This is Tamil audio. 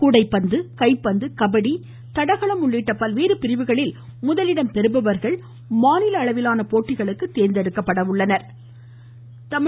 கூடைப்பந்து கைப்பந்து கபடி மற்றும் தடகளம் உள்ளிட்ட பல்வேறு பிரிவுகளில் முதலிடம் பெறுபவர்கள் மாநில அளவிலான போட்டிகளுக்கு தேர்ந்தெடுக்கப்பட உள்ளன்